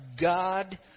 God